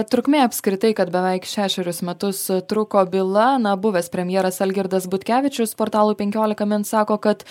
trukmė apskritai kad beveik šešerius metus truko byla na buvęs premjeras algirdas butkevičius portalui penkiolika min sako kad